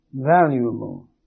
valuable